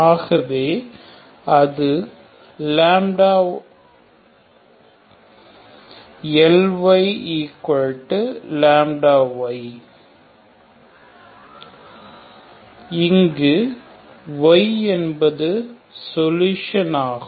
ஆகவே அது Ly λy இங்கு y என்பது சொலுசனாகும்